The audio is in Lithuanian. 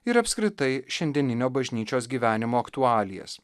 ir apskritai šiandieninio bažnyčios gyvenimo aktualijas